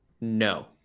No